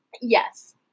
Yes